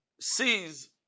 sees